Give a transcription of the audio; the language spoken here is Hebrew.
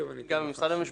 ממשרד המשפטים.